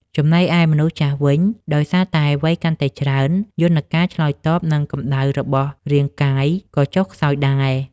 ចំណែកឯមនុស្សចាស់វិញ ដោយសារតែវ័យកាន់តែច្រើន យន្តការឆ្លើយតបនឹងកម្ដៅរបស់រាងកាយក៏ចុះខ្សោយដែរ។